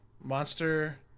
monster